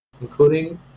including